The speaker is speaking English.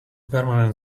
permanent